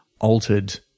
altered